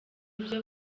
ibyo